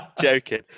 joking